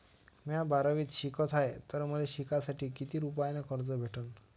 म्या बारावीत शिकत हाय तर मले शिकासाठी किती रुपयान कर्ज भेटन?